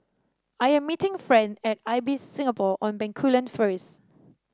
I am meeting Friend at Ibis Singapore on Bencoolen first